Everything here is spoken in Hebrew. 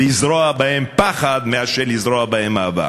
לזרוע בהם פחד מאשר לזרוע בהם אהבה.